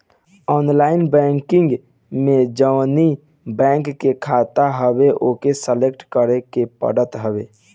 online banking में जवनी bank के खाता हवे ओके सलेक्ट करे के पड़त हवे